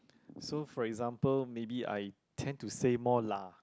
so for example maybe I tend to say more lah